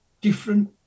different